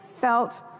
felt